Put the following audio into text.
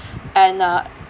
and uh